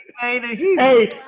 Hey